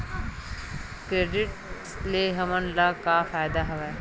Credit ले हमन ला का फ़ायदा हवय?